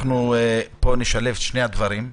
שנשלב את שני הדברים,